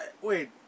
Wait